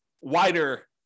wider